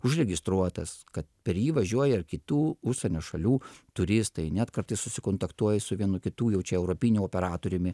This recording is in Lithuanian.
užregistruotas kad per jį važiuoja ir kitų užsienio šalių turistai net kartais susikontaktuoji su vienu kitų jau čia europiniu operatoriumi